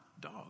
dog